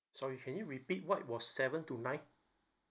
sorry can you repeat what was seven to nine